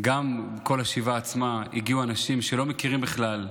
שגם בשבעה עצמה הגיעו אנשים שלא מכירים בכלל,